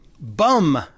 bum